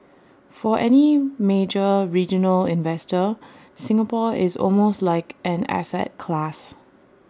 for any major regional investor Singapore is almost like an asset class